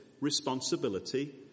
responsibility